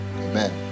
amen